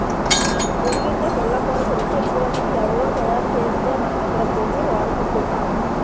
పొరిగింటి పుల్లకూరకి రుసెక్కువని ఎవుడో తయారుసేస్తే మనమిక్కడ కొని వాడుకుంటున్నాం